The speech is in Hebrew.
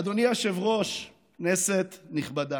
אדוני היושב-ראש, כנסת נכבדה,